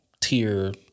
tier